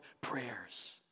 prayers